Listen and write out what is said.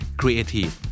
creative